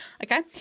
Okay